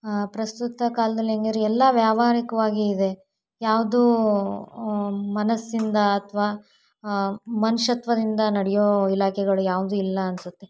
ಪ್ರಸ್ತುತ ಕಾಲದಲ್ಲಿ ಹೆಂಗೆ ರೇ ಎಲ್ಲ ವ್ಯವಹಾರಿಕವಾಗಿ ಇದೆ ಯಾವುದೂ ಮನಸ್ಸಿಂದ ಅಥವಾ ಮನುಷ್ಯತ್ವದಿಂದ ನಡೆಯೋ ಇಲಾಖೆಗಳು ಯಾವುದೂ ಇಲ್ಲ ಅನಿಸುತ್ತೆ